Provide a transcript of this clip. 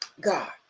God